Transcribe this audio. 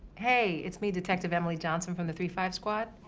hey, it's me, detective emily johnson from the three five squad.